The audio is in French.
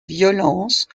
violence